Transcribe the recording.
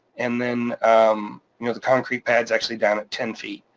and then um you know the concrete pads actually down at ten feet.